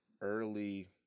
early